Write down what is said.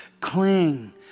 Cling